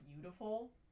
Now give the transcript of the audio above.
beautiful